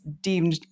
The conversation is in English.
deemed